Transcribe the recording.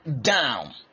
down